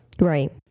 Right